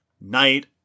Knight